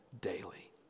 daily